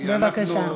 בבקשה.